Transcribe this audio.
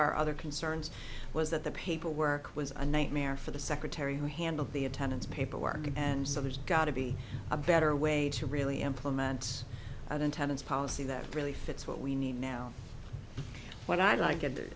our other concerns was that the paperwork was a nightmare for the secretary who handled the attendance paperwork and so there's got to be a better way to really implement an attendance policy that really fits what we need now when i